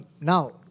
now